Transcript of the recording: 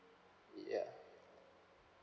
ya